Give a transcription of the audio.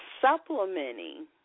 supplementing